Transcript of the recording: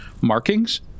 markings